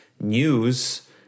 news